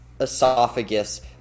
esophagus